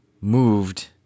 moved